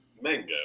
Mango